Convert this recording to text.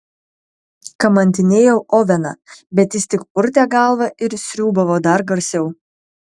kamantinėjau oveną bet jis tik purtė galvą ir sriūbavo dar garsiau